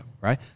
right